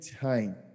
time